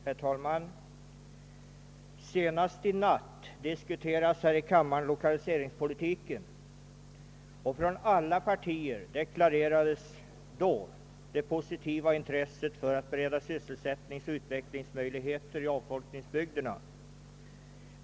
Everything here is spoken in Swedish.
Herr talman! Senast i natt diskuterades lokaliseringspolitiken här i kammaren, och från alla partier deklarerades då det positiva intresset för att bereda sysselsättningsoch utvecklingsmöjligheter i avfolkningsbygderna.